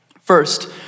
First